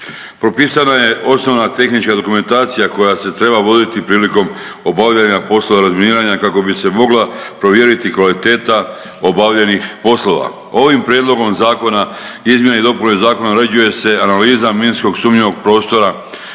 Propisana je osnovna tehnička dokumentacija koja se treba voditi prilikom obavljanja poslova razminiranja kako bi se mogla provjeriti kvaliteta obavljenih poslova. Ovim prijedlogom zakona, izmjene i dopune zakona uređuje se analiza minskog sumnjivog prostora